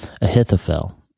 ahithophel